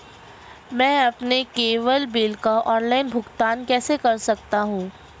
मैं अपने cable bill का ऑनलाइन भुगतान कैसे कर सकता हूं?